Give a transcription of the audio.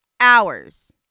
hours